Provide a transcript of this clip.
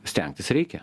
stengtis reikia